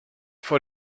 for